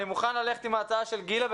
אני מוכן ללכת על ההצעה של גילה,